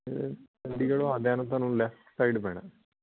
ਅਤੇ ਚੰਡੀਗੜ੍ਹੋਂ ਆਉਂਦਿਆਂ ਨੂੰ ਤੁਹਾਨੂੰ ਲੈਫਟ ਸਾਈਡ ਪੈਣਾ